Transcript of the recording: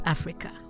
Africa